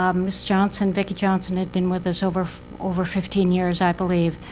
um ms. johnson vikki johnson had been with us over over fifteen years, i believe.